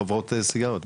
זה חברות סיגריות,